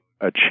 achieve